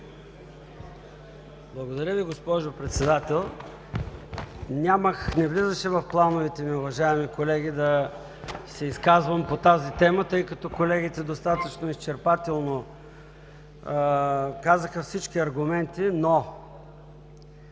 Благодаря Ви, госпожо Председател. Не влизаше в плановете ми, уважаеми колеги, да се изказвам по тази тема, тъй като колегите достатъчно изчерпателно казаха всички аргументи, но